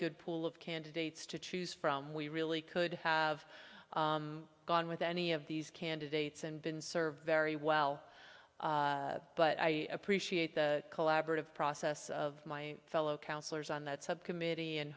good pool of candidates to choose from we really could have gone with any of these candidates and been served very well but i appreciate the collaborative process of my fellow councillors on that subcommittee and